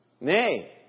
Nay